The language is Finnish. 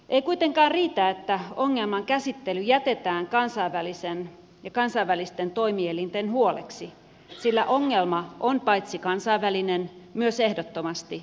ei kuitenkaan riitä että ongelman käsittely jätetään kansainvälisten toimielinten huoleksi sillä ongelma on paitsi kansainvälinen myös ehdottomasti paikallinen